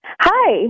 Hi